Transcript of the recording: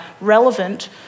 relevant